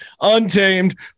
untamed